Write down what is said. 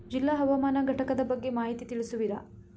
ಜಿಲ್ಲಾ ಹವಾಮಾನ ಘಟಕದ ಬಗ್ಗೆ ಮಾಹಿತಿ ತಿಳಿಸುವಿರಾ?